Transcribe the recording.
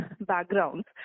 backgrounds